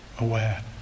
aware